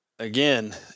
again